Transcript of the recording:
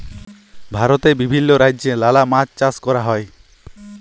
ভারতে বিভিল্য রাজ্যে লালা মাছ চাষ ক্যরা হ্যয়